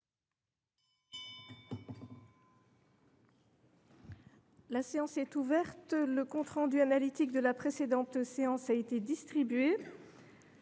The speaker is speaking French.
La séance est ouverte. Le compte rendu analytique de la précédente séance a été distribué.